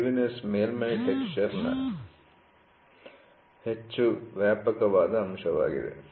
waviness ಮೇಲ್ಮೈ ಟೆಕ್ಸ್ಚರ್'ನ ಹೆಚ್ಚು ವ್ಯಾಪಕವಾದ ಅಂಶವಾಗಿದೆ